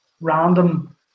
random